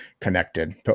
connected